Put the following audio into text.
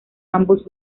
ambos